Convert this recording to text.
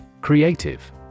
Creative